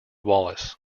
wallace